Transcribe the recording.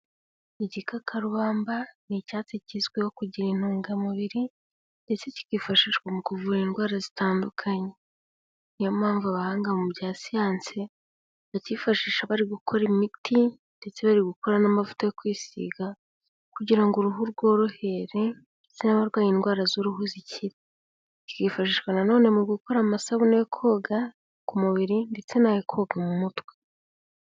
Igikakarubamba ni icyatsi kizwiho kugira intungamubiri ndetse kikifashishwa mu kuvura indwara zitandukanye, niyo mpamvu abahanga mu bya siyansi, bakifashisha bari gukora imiti ndetse bari gukora n'amavuta yo kwisiga kugira ngo uruhu rworohere ndetse n'abarwaye indwara z'uruhu zikire, cyikifashishwa na none mu gukora amasabune yo koga ku mubiri ndetse n'ayo koga mu mutwe.